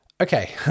Okay